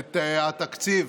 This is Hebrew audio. את התקציב,